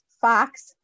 Fox